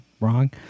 wrong